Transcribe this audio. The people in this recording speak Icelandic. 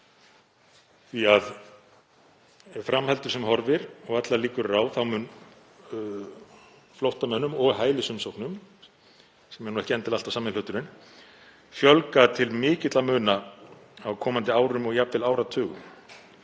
því að ef fram heldur sem horfir og allar líkur eru á mun flóttamönnum og hælisumsóknum, sem ekki eru endilega alltaf sami hluturinn, fjölga til mikilla muna á komandi árum og jafnvel áratugum.